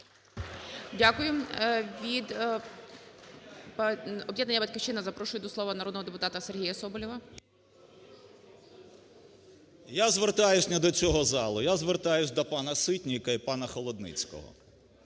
Дякую. Від об'єднання "Батьківщина" запрошую до слова народного депутата Сергія Соболєва. 13:13:00 СОБОЛЄВ С.В. Я звертаюсь не до цього залу. Я звертаюсь до пана Ситника і пана Холодницького.